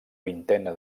vintena